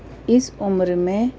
اس عمر میں